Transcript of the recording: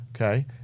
okay